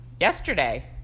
Yesterday